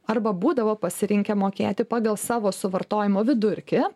arba būdavo pasirinkę mokėti pagal savo suvartojimo vidurkį